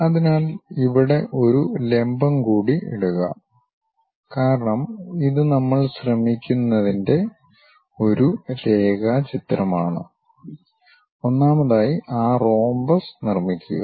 അതിനാൽ ഇവിടെ ഒരു ലമ്പം കൂടി ഇടുക കാരണം ഇത് നമ്മൾ ശ്രമിക്കുന്നതിന്റെ ഒരു രേഖാചിത്രമാണ് ഒന്നാമതായി ആ റോംബസ് നിർമ്മിക്കുക